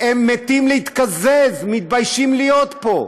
הם מתים להתקזז, מתביישים להיות פה.